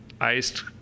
iced